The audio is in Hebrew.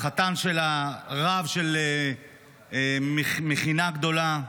החתן שלה רב של מכינה גדולה.